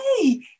hey